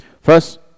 First